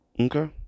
okay